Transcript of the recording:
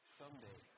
someday